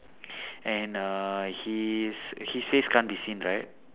and uh his his face can't be seen right